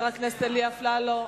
תשאלי את המזכיר מה הוא אומר.